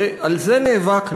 הרי על זה נאבקנו.